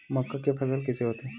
मक्का के फसल कइसे होथे?